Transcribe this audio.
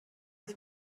ich